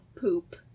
poop